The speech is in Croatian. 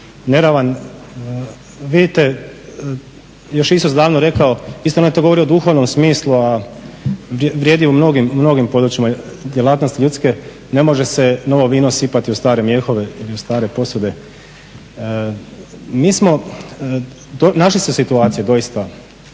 neravan. Vidite još je Isus danas rekao, istina to on govori o duhovnom smislu a vrijedi u mnogim područjima djelatnosti ljudske, "Ne može se novo vino sipati u stare mjehove ili u stare posude." Mi smo, našli se u situaciji doista